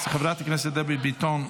חברת הכנסת דבי ביטון,